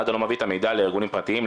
מד"א לא מביא את המידע לארגונים פרטיים,